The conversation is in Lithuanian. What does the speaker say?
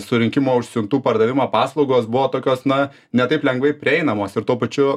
surinkimo už siuntų pardavimą paslaugos buvo tokios na ne taip lengvai prieinamos ir tuo pačiu